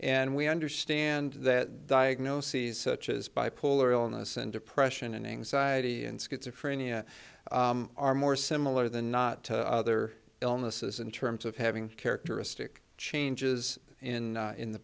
and we understand that diagnoses such as bipolar illness and depression and anxiety and schizophrenia are more similar than not to other illnesses in terms of having characteristic changes in in the